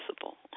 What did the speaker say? possible